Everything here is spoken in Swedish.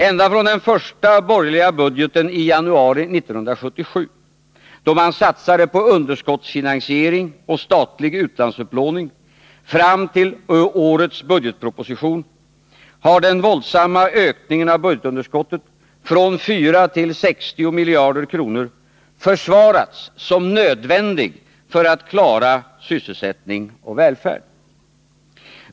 Ända från den första borgerliga budgeten i januari 1977, då man satsade på underskottsfinansiering och statlig utlandsupplåning, fram till årets budgetproposition, har den våldsamma ökningen av budgetunderskottet — från 4 till 60 miljarder kronor —- försvarats som nödvändig för att klara sysselsättning och välfärd.